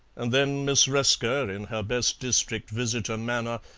and then miss resker, in her best district-visitor manner,